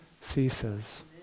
ceases